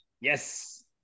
yes